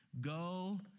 go